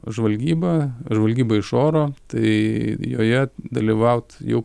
žvalgyba žvalgyba iš oro tai joje dalyvaut jau